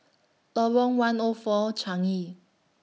Lorong one O four Changi